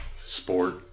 sport